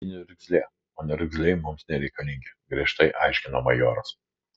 ji niurzglė o niurzgliai mums nereikalingi griežtai aiškino majoras